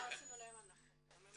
קוראים לו "גיוון וייצוב"